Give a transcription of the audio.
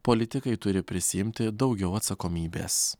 politikai turi prisiimti daugiau atsakomybės